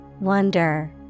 Wonder